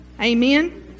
Amen